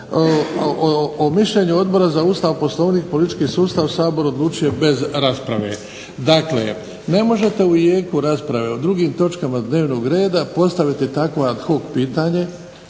O mišljenju Odbora za Ustav, Poslovnik i politički sustav Sabor odlučuje bez rasprave. Dakle, ne možete u jeku rasprave o drugim točkama dnevnog reda postaviti takvo ad hoc pitanje